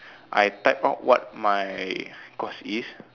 I type out what my course is